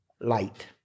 light